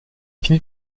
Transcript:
finit